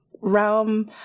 realm